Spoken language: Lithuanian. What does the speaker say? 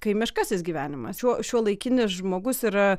kaimiškasis gyvenimas šiuo šiuolaikinis žmogus yra